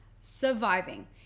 surviving